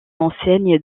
enseigne